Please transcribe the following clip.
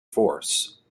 force